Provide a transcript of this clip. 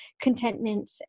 contentment